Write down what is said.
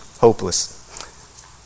hopeless